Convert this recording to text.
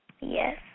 Yes